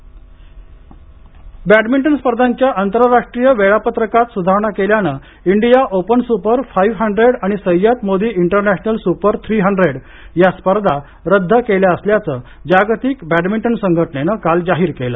badminton badminton स्पर्धांच्या आंतरराष्ट्रीय वेळापत्रकात सुधारणा केल्यानं India Open Super five hundred आणि Syed Modi International Super three hundred या स्पर्धा रद्द केल्या असल्याचं जागतिक बॅडमिंटन संघटनेनं काल जाहीर केलं